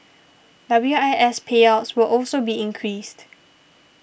W I S payouts will also be increased